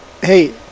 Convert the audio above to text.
Hey